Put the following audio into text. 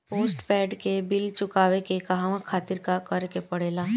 Postpaid के bill चुकावे के कहवा खातिर का करे के पड़ें ला?